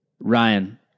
Ryan